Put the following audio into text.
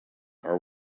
are